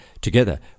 together